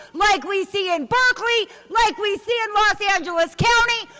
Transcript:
like we see in berkeley, like we see in los angeles county.